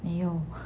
!aiya! know